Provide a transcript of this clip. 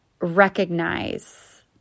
recognize